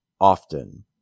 often